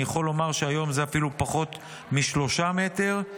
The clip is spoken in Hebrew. אני יכול לומר שהיום זה אפילו פחות משלושה מטרים,